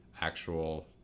actual